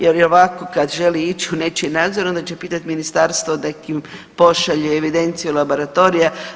Jer ovako kada želi ići u nečiji nadzor onda će pitati Ministarstvo neka im pošalje evidenciju laboratorija.